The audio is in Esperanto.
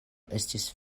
estis